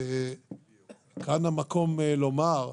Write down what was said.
הרי כאן המקום לומר,